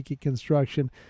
Construction